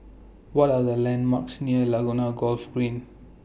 What Are The landmarks near Laguna Golf Green